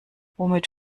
womit